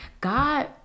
God